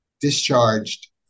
discharged